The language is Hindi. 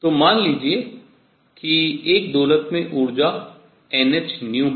तो मान लीजिए कि एक दोलक में ऊर्जा nhν है